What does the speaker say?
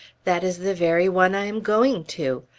that is the very one i am going to!